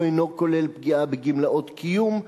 הוא אינו כולל פגיעה בגמלאות קיום.